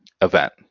event